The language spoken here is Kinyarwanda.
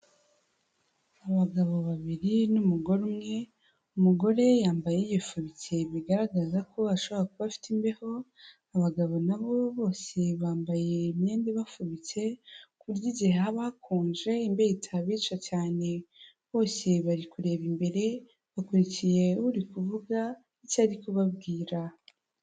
Abagabo babiri n'umugore umwe, umugore yambaye yifubitse bigaragaza ko ashobora kuba afite imbeho, abagabo nabo bose bambaye imyenda ibafubitse ku buryo igihe haba hakonje, imbeho itabica cyane bose bari kureba imbere, bakurikiye uri kuvuga icyo ari kubabwira.